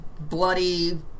bloody